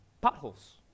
potholes